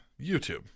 YouTube